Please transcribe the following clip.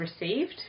received